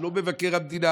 לא מבקר המדינה,